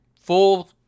full